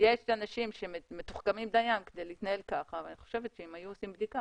יש אנשים שמתוחכמים דיים כדי להתנהל כך ואני חושבת שאם היו עושים בדיקה,